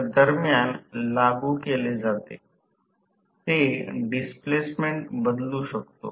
सहज लक्षात ठेवण्याची आवश्यकता नसल्यास ते आता संगणकीय प्रक्रिया बनवू शकते